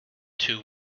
two